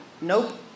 Nope